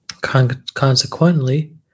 Consequently